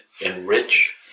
enrich